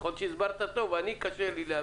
יכול להיות שהסברת טוב, ולי קשה להבין.